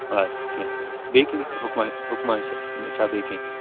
اَدٕ سا کیٚنہہ چھُنہٕ بیٚیہِ کیٚنہہ حُکمہ حُکمہ چھِ چھا بیٚیہِ کیٚنہہ